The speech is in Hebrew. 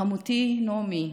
חמותי נעמי,